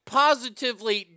positively